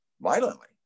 violently